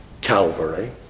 Calvary